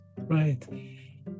Right